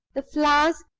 the flowers,